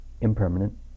impermanent